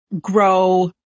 grow